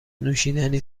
نوشیدنی